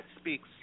speaks